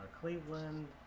Cleveland